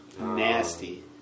Nasty